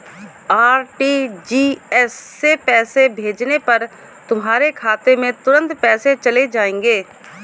RTGS से पैसे भेजने पर तुम्हारे खाते में तुरंत पैसे चले जाएंगे